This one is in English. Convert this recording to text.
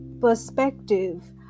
perspective